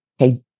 Okay